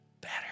better